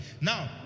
Now